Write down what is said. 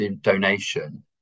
donation